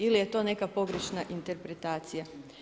Ili je to neka pogrešna interpretacija.